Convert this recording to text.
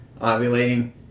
ovulating